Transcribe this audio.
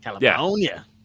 California